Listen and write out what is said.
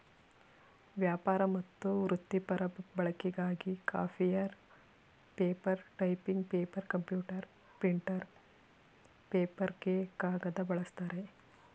ವ್ಯಾಪಾರ ಮತ್ತು ವೃತ್ತಿಪರ ಬಳಕೆಗಾಗಿ copier paper typing paper computer printer ಪೇಪರ್ಗೆ ಕಾಗದ ಬಳಸ್ತಾರೆ